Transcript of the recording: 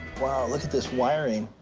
wow, look at this wiring.